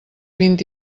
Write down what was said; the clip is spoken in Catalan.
vint